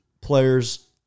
players